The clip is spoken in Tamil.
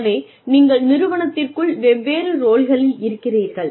எனவே நீங்கள் நிறுவனத்திற்குள் வெவ்வேறு ரோல்களில் இருக்கிறீர்கள்